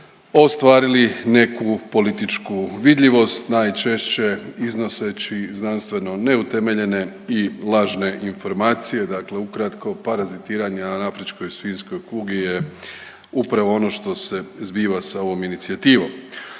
ostvarili neku političku vidljivost. Najčešće iznoseći znanstveno neutemeljene i lažne informacije, dakle ukratko parazitiranje na afričkoj svinjskoj kugi je upravo ono što se zbiva sa ovom inicijativom.